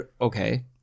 okay